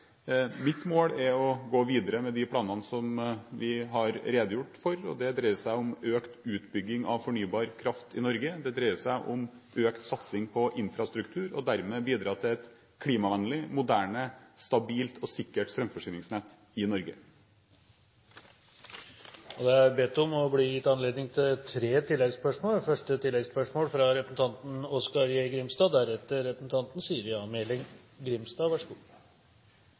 Mitt mål er å gå videre med de planene som vi har redegjort for. Det dreier seg om økt utbygging av fornybar kraft i Norge, det dreier seg om økt satsing på infrastruktur og dermed om å bidra til et klimavennlig, moderne, stabilt og sikkert strømforsyningsnett i Norge. Det blir gitt anledning til tre oppfølgingsspørsmål – først Oskar J. Grimstad. Det er ingen tvil om at partiet SV står for dei utsegnene som blei refererte her. Så